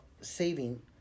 saving